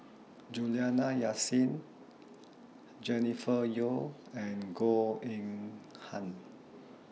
Juliana Yasin Jennifer Yeo and Goh Eng Han